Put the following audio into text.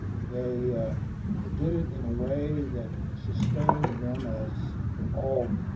they did it in a way that sustained them as all